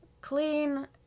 clean